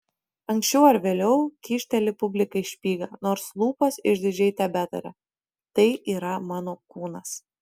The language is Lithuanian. anksčiau ar vėliau kyšteli publikai špygą nors lūpos išdidžiai tebetaria tai yra mano kūnas